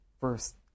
first